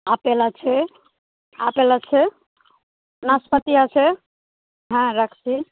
apple আছে apple আছে নাশপাতি আছে হ্যাঁ রাখছি